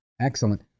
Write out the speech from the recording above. Excellent